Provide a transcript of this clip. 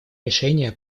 решения